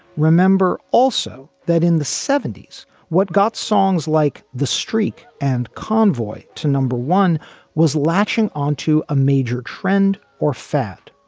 remember also that in the seventy s what got songs like the streak and convoy to number one was latching on to a major trend or fat.